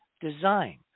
design